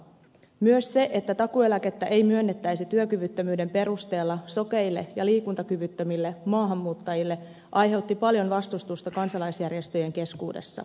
myös se että takuueläkettä ei myönnettäisi työkyvyttömyyden perusteella sokeille ja liikuntakyvyttömille maahanmuuttajille aiheutti paljon vastustusta kansalaisjärjestöjen keskuudessa